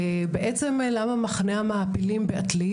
ובעצם למה מחנה המעפילים בעתלית?